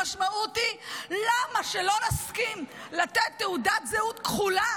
המשמעות היא למה שלא נסכים לתת תעודת זהות כחולה